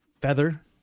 feather